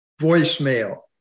voicemail